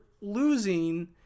losing